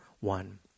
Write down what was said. one